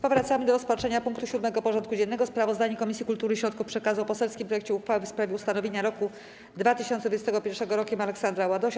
Powracamy do rozpatrzenia punktu 7. porządku dziennego: Sprawozdanie Komisji Kultury i Środków Przekazu o poselskim projekcie uchwały w sprawie ustanowienia roku 2021 Rokiem Aleksandra Ładosia.